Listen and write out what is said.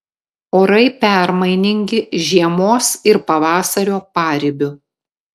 orai permainingi žiemos ir pavasario paribiu